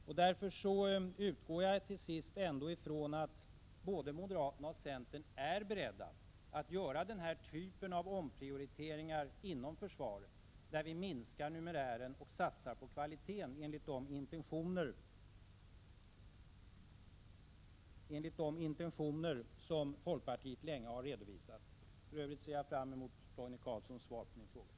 Jag utgår från att både moderaterna och centern är beredda att göra sådan omprioritering inom försvaret att vi minskar numerären och satsar på kvaliteten enligt de intentioner som folkpartiet länge har redovisat. För Övrigt ser jag fram emot Roine Carlssons svar på min fråga.